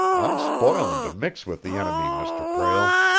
i'm spoilin' to mix with the enemy, mr. prale.